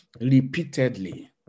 Repeatedly